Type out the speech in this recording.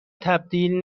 تبدیل